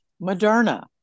Moderna